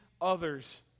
others